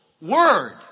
word